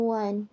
one